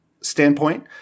standpoint